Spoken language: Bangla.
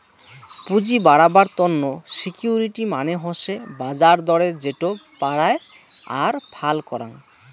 পুঁজি বাড়াবার তন্ন সিকিউরিটি মানে হসে বাজার দরে যেটো পারায় আর ফাল করাং